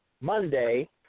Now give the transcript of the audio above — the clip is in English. Monday